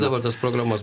dabar tas programas